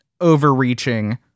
overreaching